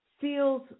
feels